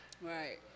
Right